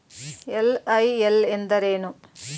LIL ಎಂದರೇನು?